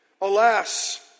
alas